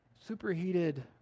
superheated